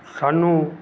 ਸਾਨੂੰ